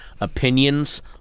opinions